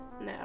No